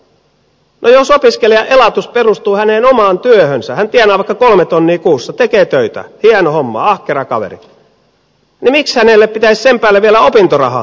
no jos opiskelijan elatus perustuu hänen omaan työhönsä hän tienaa vaikka kolme tonnia kuussa tekee töitä hieno homma ahkera kaveri miksi hänelle pitäisi sen päälle vielä opintorahaa maksaa